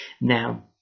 now